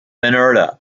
inertia